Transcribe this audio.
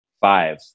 five